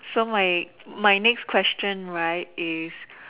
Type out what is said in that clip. so like my next question right is